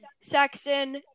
Sexton